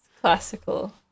classical